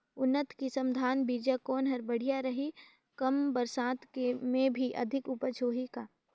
उन्नत किसम धान बीजा कौन हर बढ़िया रही? कम बरसात मे भी अधिक उपज होही का?